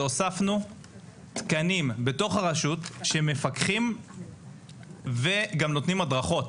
הוספנו תקנים בתוך הרשות שמפקחים וגם נותנים הדרכות